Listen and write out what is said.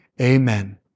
Amen